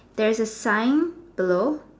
there's a sign below